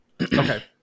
Okay